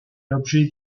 l’objet